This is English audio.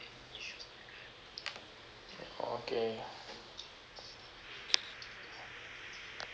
okay